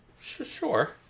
Sure